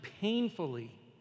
painfully